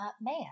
man